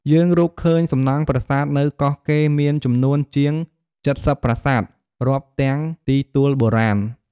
យើងរកឃើញសំណង់ប្រាសាទនៅកោះកេរមានចំនួនជាង ៧០ ប្រាសាទ រាប់ទាំងទីទួលបុរាណ។